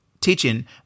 teaching